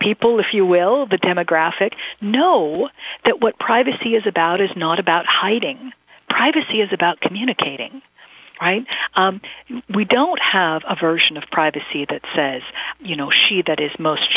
people if you will that demographic know that what privacy is about is not about hiding privacy is about communicating we don't have a version of privacy that says you know she that is most